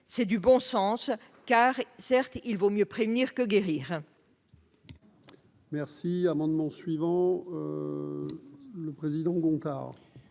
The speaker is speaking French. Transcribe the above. c'est du bon sens, car certes il vaut mieux prévenir que guérir.